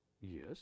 yes